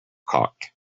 cocked